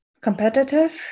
competitive